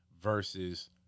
versus